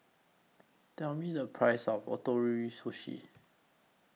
Tell Me The Price of Ootoro Sushi